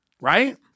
right